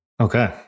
Okay